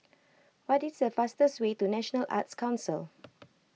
what is the fastest way to National Arts Council